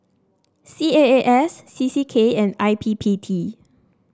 C A A S C C K and I P P T